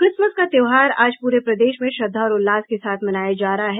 Christmas का त्योहार आज प्ररे प्रदेश में श्रद्धा और उल्लास के साथ मनाया जा रहा है